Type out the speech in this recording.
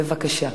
בבקשה.